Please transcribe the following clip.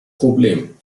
problem